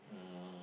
um